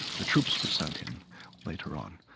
the troops were sent in later on.